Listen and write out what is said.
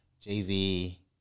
Jay-Z